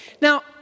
Now